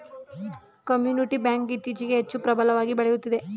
community bank ಇತ್ತೀಚೆಗೆ ಹೆಚ್ಚು ಪ್ರಬಲವಾಗಿ ಬೆಳೆಯುತ್ತಿದೆ